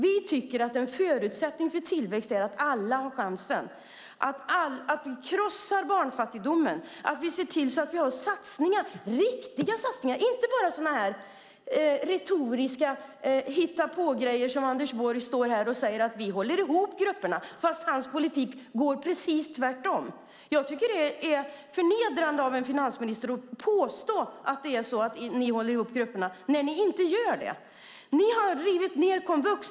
Vi tycker att en förutsättning för tillväxt är att alla har chansen. Vi ska krossa barnfattigdomen. Vi ska se till att vi har riktiga satsningar, inte bara retoriska hitta-på-grejer. Anders Borg står här och säger att ni håller ihop grupperna trots att hans politik går precis tvärtemot det. Jag tycker att det är förnedrande av en finansminister att påstå att ni håller ihop grupperna när ni inte gör det. Ni har rivit ned komvux.